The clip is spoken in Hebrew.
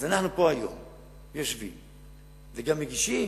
אנחנו פה היום יושבים וגם מגישים: